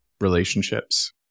relationships